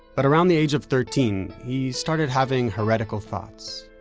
but around the age of thirteen, he started having heretical thoughts.